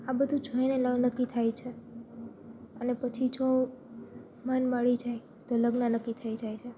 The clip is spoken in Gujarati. આ બધું જોઈને લગ્ન નક્કી થાય છે અને પછી જો મન મળી જાય તો લગ્ન નક્કી થઈ જાય છે